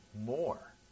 more